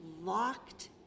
locked